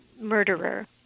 murderer